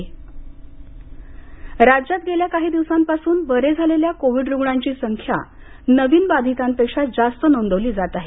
राज्य कोविड राज्यात गेल्या काही दिवसांपासून बरे झालेल्या कोविड रुग्णांची संख्या नवीन बाधीतांपेक्षा जास्त नोंदवली जात आहे